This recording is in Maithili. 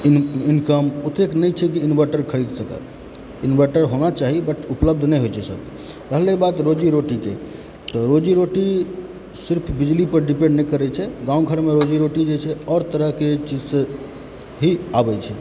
इनकम ओतेक नहि छै कि इन्वर्टर खरीद सकै इन्वर्टर होना चाही बट उपलब्ध नहि होइत छै सभकेँ रहलय बात रोजी रोटीके तऽ रोजी रोटी सिर्फ बिजली पर डिपेन्ड नहि करैत छै गाँव घरमे रोजी रोटी जे छै आओर तरह के चीजसँ भी आबैत छै